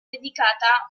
dedicata